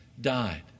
died